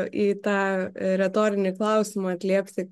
į tą retorinį klausimą atliepti